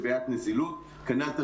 יש